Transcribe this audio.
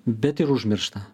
bet ir užmiršta